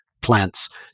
plants